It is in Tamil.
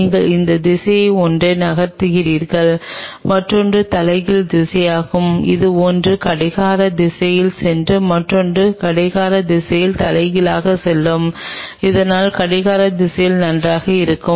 நீங்கள் இந்த திசையில் ஒன்றை நகர்த்துகிறீர்கள் மற்றொன்று தலைகீழ் திசையாகும் அது ஒன்று கடிகார திசையில் சென்றால் மற்றொன்று கடிகார திசையில் தலைகீழாக செல்லும் அதனால் கடிகார திசையில் நன்றாக இருக்கும்